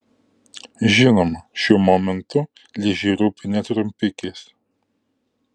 žinoma šiuo momentu ližei rūpi ne trumpikės